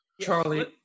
Charlie